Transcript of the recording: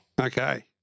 Okay